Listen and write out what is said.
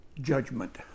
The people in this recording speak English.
judgment